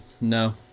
no